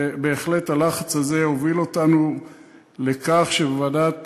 ובהחלט הלחץ הזה הוביל אותנו לכך שבוועדת